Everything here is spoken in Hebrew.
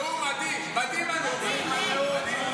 נאום מדהים, מדהים הנאום הזה.